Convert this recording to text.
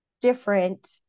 different